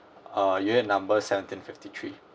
err unit number seventeen fifty three